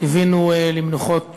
ליווינו למנוחות